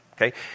Okay